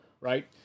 right